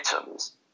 items